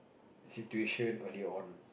situation earlier on